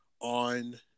on